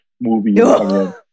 movie